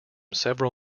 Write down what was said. several